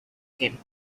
him